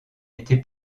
été